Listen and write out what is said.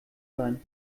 sein